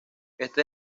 este